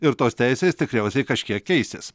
ir tos teisės tikriausiai kažkiek keisis